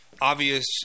obvious